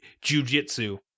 jujitsu